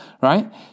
right